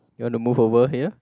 you want to move over here